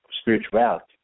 spirituality